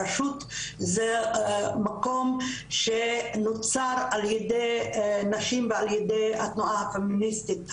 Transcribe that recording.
הרשות זה מקום שנוצר על ידי נשים ועל ידי התנועה הפמיניסטית.